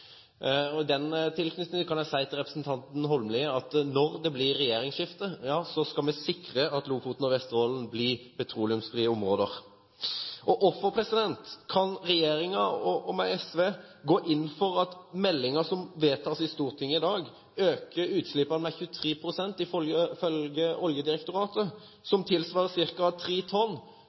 og Vesterålen? I tilknytning til det kan jeg si til representanten Holmelid at når det blir regjeringsskifte, skal vi sikre at Lofoten og Vesterålen blir petroleumsfrie områder. Hvordan kan regjeringen, med SV, gå inn for at med meldingen som vedtas i Stortinget i dag, øker utslippene med 23 pst., ifølge Oljedirektoratet – det tilsvarer omtrent 3 millioner tonn